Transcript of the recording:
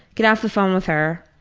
get off the phone with her,